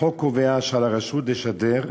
החוק קובע שעל הרשות לשדר,